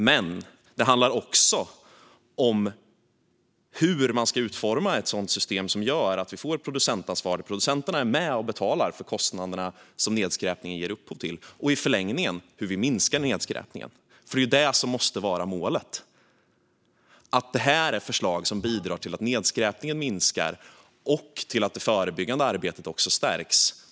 Men det handlar också om hur man ska utforma ett system som gör att vi får producentansvar, att producenterna är med och betalar för kostnaderna som nedskräpningen ger upphov till och i förlängningen att vi minskar nedskräpningen. Målet måste vara att förslagen bidrar till att nedskräpningen minskar och till att det förebyggande arbetet stärks.